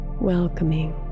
welcoming